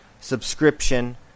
subscription